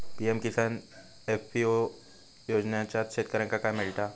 PM Kisan FPO योजनाच्यात शेतकऱ्यांका काय मिळता?